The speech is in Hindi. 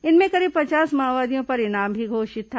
इनमें करीब पचास माओवादियों पर इनाम भी घोषित था